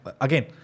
Again